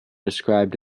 described